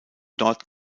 dort